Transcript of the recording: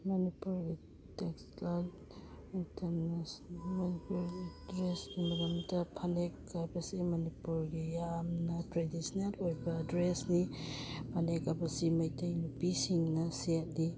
ꯃꯅꯤꯄꯨꯔ ꯗ꯭ꯔꯦꯁꯀꯤ ꯃꯔꯝꯗ ꯐꯅꯦꯛ ꯍꯥꯏꯕꯁꯤ ꯃꯅꯤꯄꯨꯔꯒꯤ ꯌꯥꯝꯅ ꯇ꯭ꯔꯦꯗꯤꯁꯅꯦꯜ ꯑꯣꯏꯕ ꯗ꯭ꯔꯦꯁꯅꯤ ꯐꯅꯦꯛ ꯍꯥꯏꯕꯁꯤ ꯃꯩꯇꯩ ꯅꯨꯄꯤꯁꯤꯡꯅ ꯁꯦꯠꯂꯤ